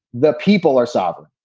the people are sovereign.